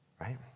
right